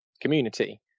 community